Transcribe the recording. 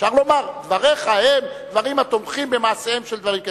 אפשר לומר: דבריך הם דברים התומכים במעשיהם של אנשים כאלה,